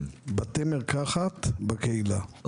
בקהילה.